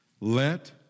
let